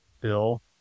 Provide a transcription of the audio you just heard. bill